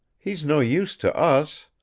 he's no use to us.